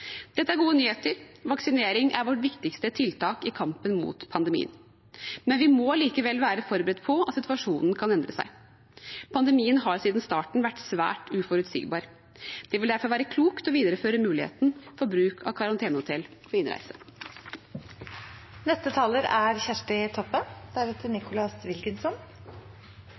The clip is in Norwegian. Dette er gode nyheter. Vaksinering er vårt viktigste tiltak i kampen mot pandemien. Men vi må allikevel være forberedt på at situasjonen kan endre seg. Pandemien har siden starten vært svært uforutsigbar. Det vil derfor være klokt å videreføre muligheten for bruk av karantenehotell ved innreise. Innreisekarantene er